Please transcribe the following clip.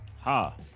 Ha